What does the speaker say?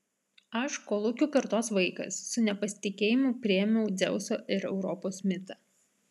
aš kolūkių kartos vaikas su nepasitikėjimu priėmiau dzeuso ir europos mitą